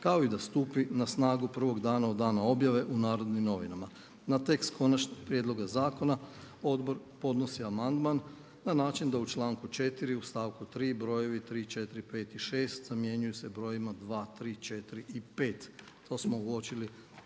kao i da stupi na snagu prvog dana od dana objave u „Narodnim novinama“. Na tekst konačnog prijedloga zakona odbor ponosi amandman na način da u članku 4. u stavku 3. brojevi tri, četiri, pet i šest zamjenjuju se brojevima dva, tri, četiri i pet. To smo uočili